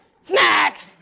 Snacks